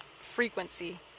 frequency